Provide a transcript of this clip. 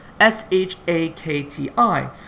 S-H-A-K-T-I